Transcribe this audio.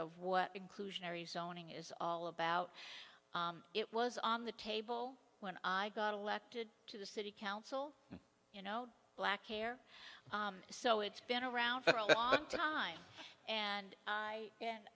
of what inclusionary zoning is all about it was on the table when i got elected to the city council you know black hair so it's been around for a long time and i